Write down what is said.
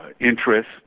interest